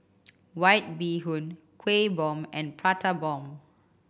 White Bee Hoon Kueh Bom and Prata Bomb